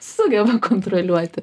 sugeba kontroliuoti